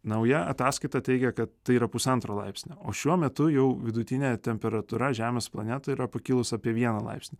nauja ataskaita teigia kad tai yra pusantro laipsnio o šiuo metu jau vidutinė temperatūra žemės planetoje yra pakilus apie vieną laipsnį